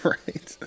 right